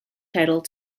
title